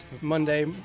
Monday